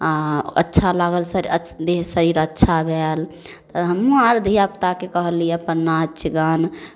आ अच्छा लागल शर देह शरीर अच्छा भएल तऽ हमहूँ अर धियापुताकेँ कहलियै अपन नाच गान